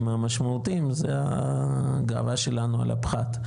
המשמעותיים זה הגאווה שלנו על הפחת,